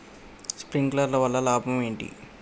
Sprinkler వల్ల లాభం ఏంటి?